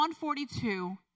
142